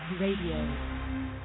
Radio